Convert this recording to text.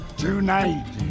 tonight